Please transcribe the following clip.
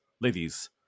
ladies